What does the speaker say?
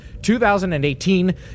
2018